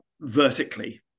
vertically